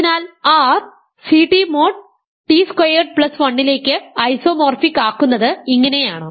അതിനാൽ R Ct mod t squared plus 1 ലേക്ക് isomorphic ആക്കുന്നത് ഇങ്ങനെയാണ്